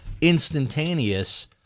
instantaneous—